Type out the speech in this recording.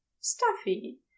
stuffy